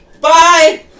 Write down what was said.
bye